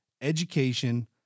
education